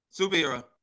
superhero